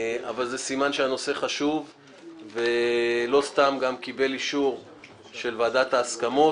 אבל זה סימן שהנושא חשוב ולא סתם הוא גם קיבל אישור של ועדת ההסכמות.